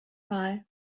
mal